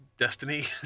Destiny